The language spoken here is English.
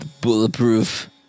Bulletproof